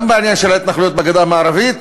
גם בעניין של ההתנחלויות בגדה המערבית,